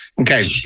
Okay